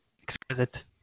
exquisite